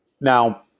Now